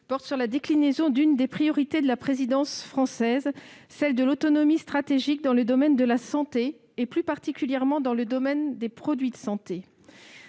porte sur la déclinaison de l'une des priorités de la présidence française, celle de l'autonomie stratégique, dans le domaine de la santé, plus particulièrement des produits de santé.